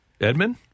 Edmund